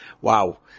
wow